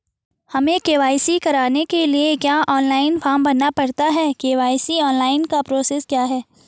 हमें के.वाई.सी कराने के लिए क्या ऑनलाइन फॉर्म भरना पड़ता है के.वाई.सी ऑनलाइन का प्रोसेस क्या है?